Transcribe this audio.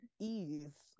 Ease